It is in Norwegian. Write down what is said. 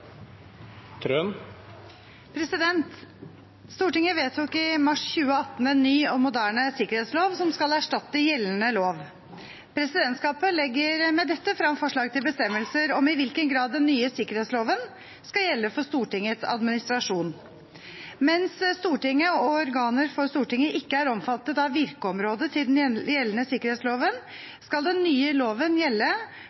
Stortinget vedtok i mars 2018 en ny og moderne sikkerhetslov, som skal erstatte gjeldende lov. Presidentskapet legger med dette frem forslag til bestemmelser om i hvilken grad den nye sikkerhetsloven skal gjelde for Stortingets administrasjon. Mens Stortinget og organer for Stortinget ikke er omfattet av virkeområdet til den gjeldende